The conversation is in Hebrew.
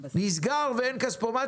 נסגר, ואין כספומט.